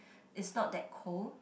is not that cold